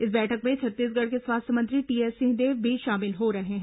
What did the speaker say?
इस बैठक में छत्तीसगढ़ के स्वास्थ्य मंत्री टीएस सिंहदेव भी शामिल हो रहे हैं